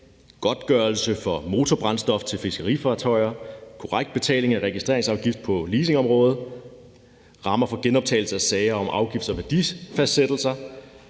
godtgørelse for motorbrændstof til fiskerifartøjer; korrekt betaling af registreringsafgift på leasingområdet; rammer for genoptagelse af sager om afgifts- og værdifastsættelser;